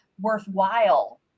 worthwhile